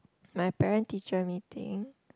my parent teacher meeting